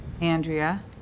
Andrea